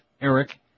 Eric